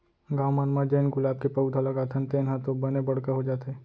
गॉव मन म जेन गुलाब के पउधा लगाथन तेन ह तो बने बड़का हो जाथे